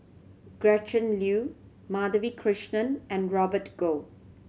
Gretchen Liu Madhavi Krishnan and Robert Goh